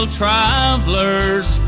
travelers